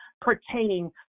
pertaining